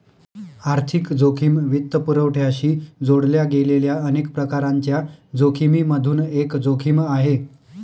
आर्थिक जोखिम वित्तपुरवठ्याशी जोडल्या गेलेल्या अनेक प्रकारांच्या जोखिमिमधून एक जोखिम आहे